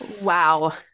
Wow